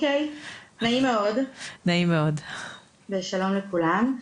נעים מאוד ושלום לכולם.